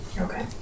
Okay